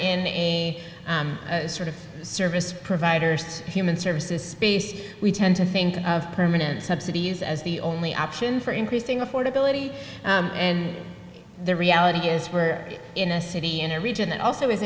any sort of service providers human services space we tend to think of permanent subsidies as the only option for increasing affordability and the reality is we are in a city in a region that also is